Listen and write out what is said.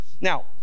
Now